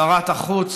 שרת החוץ,